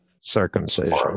circumcision